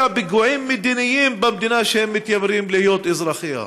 פיגועים מדיניים במדינה שהם מתיימרים להיות אזרחיה".